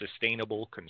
sustainable